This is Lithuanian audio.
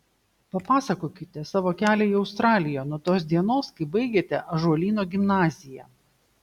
papasakokite savo kelią į australiją nuo tos dienos kai baigėte ąžuolyno gimnaziją